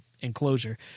enclosure